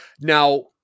Now